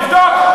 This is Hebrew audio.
תבדוק.